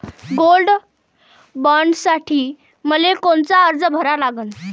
Gold बॉण्डसाठी मले कोनचा अर्ज भरा लागन?